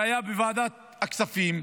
שהיה בוועדת הכספים,